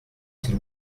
s’il